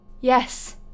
Yes